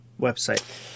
website